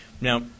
Now